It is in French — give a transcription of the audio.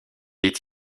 est